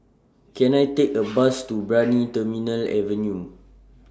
Can I Take A Bus to Brani Terminal Avenue